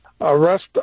arrest